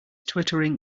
twittering